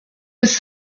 was